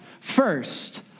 First